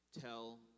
tell